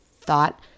thought